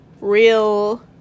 real